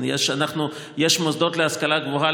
יש מוסדות להשכלה גבוהה,